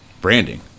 branding